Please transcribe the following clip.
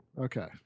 Okay